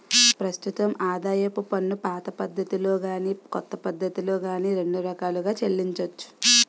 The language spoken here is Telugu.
ప్రస్తుతం ఆదాయపు పన్నుపాత పద్ధతిలో గాని కొత్త పద్ధతిలో గాని రెండు రకాలుగా చెల్లించొచ్చు